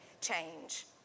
change